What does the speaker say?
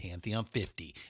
pantheon50